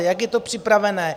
Jak je to připravené?